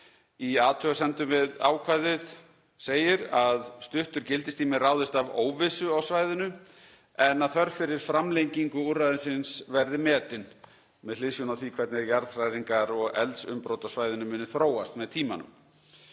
Í athugasemdum við ákvæðið segir að stuttur gildistími ráðist af óvissu á svæðinu en þörf fyrir framlengingu úrræðisins verði metin með hliðsjón af því hvernig jarðhræringar og eldsumbrot á svæðinu muni þróast með tímanum.